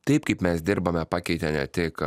taip kaip mes dirbame pakeitė ne tik